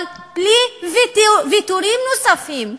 אבל בלי ויתורים נוספים.